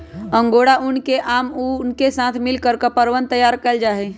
angora ऊन के आम ऊन के साथ मिलकर कपड़वन तैयार कइल जाहई